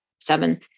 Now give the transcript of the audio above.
seven